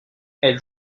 elle